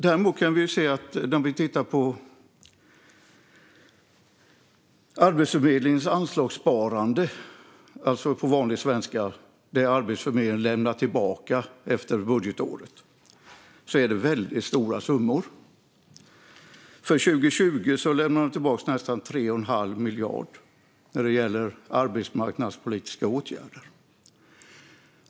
Låt oss titta på Arbetsförmedlingens anslagssparande, på vanlig svenska det Arbetsförmedlingen lämnar tillbaka efter budgetåret. Det är stora summor. För 2020 lämnade Arbetsförmedlingen tillbaka nästan 3 1⁄2 miljard som gällde arbetsmarknadspolitiska åtgärder.